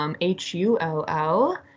H-U-L-L